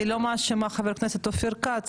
אני לא מאשימה את חבר הכנסת אופיר כץ